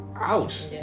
Ouch